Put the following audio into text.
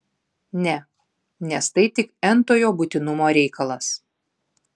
ne nes tai tik n tojo būtinumo reikalas